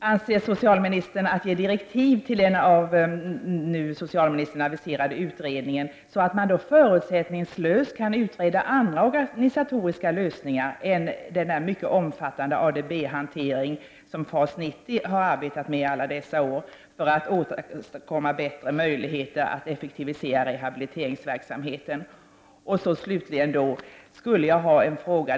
Avser socialministern att ge direktiv till den av socialministern nu aviserade utredningen, så att man förutsättningslöst kan utreda andra organisatoriska lösningar än den mycket omfattande ADB-hantering som FAS 90 har arbetat med i alla dessa år för att åstadkomma bättre möjligheter att effektivisera rehabiliteringsverksamheten? Slutligen har jag en ytterligare fråga.